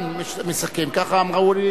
בבקשה, אדוני.